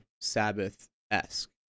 Sabbath-esque